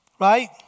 right